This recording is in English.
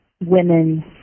women